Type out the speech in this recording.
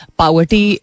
poverty